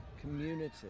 community